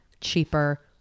cheaper